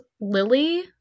Lily